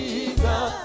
Jesus